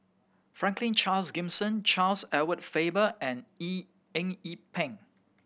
Franklin Charles Gimson Charles Edward Faber and Eng Yee Peng